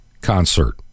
concert